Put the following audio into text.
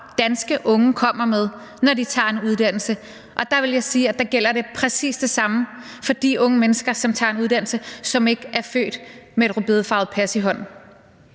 danske unge kommer med, når de tager en uddannelse. Og der vil jeg sige, at præcis det samme gælder i forhold til de unge mennesker, som tager en uddannelse, og som ikke er født med et rødbedefarvet pas i hånden.